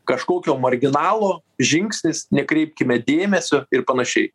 kažkokio marginalo žingsnis nekreipkime dėmesio ir panašiai